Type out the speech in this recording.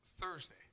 Thursday